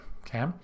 okay